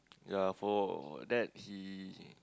ya for that he